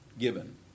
given